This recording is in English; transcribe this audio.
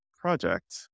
project